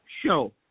show